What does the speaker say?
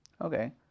Okay